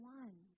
one